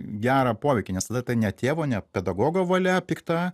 gerą poveikį nes tada tai ne tėvo ne pedagogo valia pikta